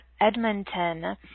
Edmonton